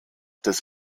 des